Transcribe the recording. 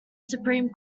supreme